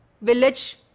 village